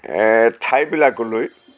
ঠাইবিলাকলৈ